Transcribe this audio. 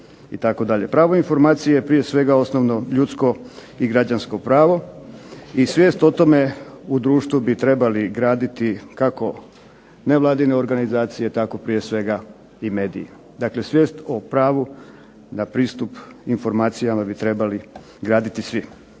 Pravo informacije prije svega osnovno je ljudsko i građansko pravo i svijest o tome u društvu bi trebali graditi kako nevladine organizacije tako prije svega i mediji. Dakle, svijest o pravu na pristup informacijama bi trebali graditi svi.